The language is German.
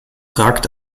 ragt